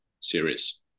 series